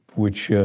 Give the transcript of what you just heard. which yeah